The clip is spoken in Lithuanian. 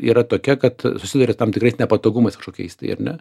yra tokia kad susiduria tam tikrais nepatogumais kažkokiais tai ar ne